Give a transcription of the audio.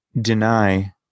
deny